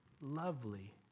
lovely